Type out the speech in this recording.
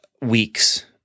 weeks